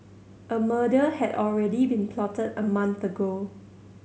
a murder had already been plotted a month ago